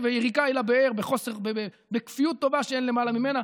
ויריקה אל הבאר בכפיות טובה שאין למעלה ממנה.